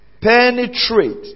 penetrate